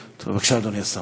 בבקשה, אדוני השר.